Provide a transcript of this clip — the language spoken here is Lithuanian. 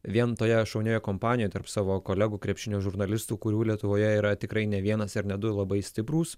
vien toje šaunioje kompanijoje tarp savo kolegų krepšinio žurnalistų kurių lietuvoje yra tikrai ne vienas ir ne du ir labai stiprūs